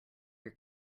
your